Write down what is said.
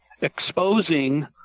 exposing